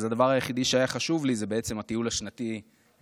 אז הדבר היחידי שהיה חשוב לי זה בעצם הטיול השנתי לאילת.